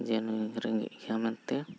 ᱡᱮ ᱱᱩᱭ ᱨᱮᱸᱜᱮᱡ ᱜᱮᱭᱟ ᱢᱮᱱᱛᱮ